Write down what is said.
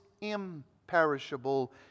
imperishable